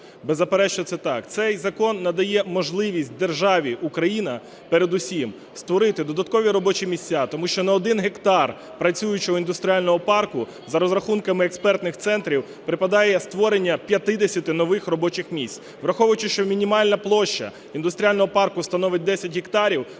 беззаперечно це так. Цей закон надає можливість державі Україна передусім створити додаткові робочі місця. Тому що на один гектар працюючого індустріального парку, за розрахунками експертних центрів, припадає створення 50 нових робочих місць. Враховуючи, що мінімальна площа індустріального парку становить 10 гектарів,